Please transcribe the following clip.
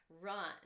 run